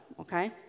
okay